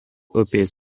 upės